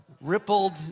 Rippled